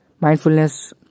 Mindfulness